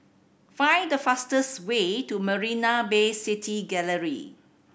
find the fastest way to Marina Bay City Gallery